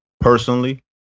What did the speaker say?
personally